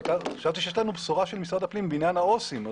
חשבתי שיש לנו בשורה של משרד הפנים בעניין העו"סים.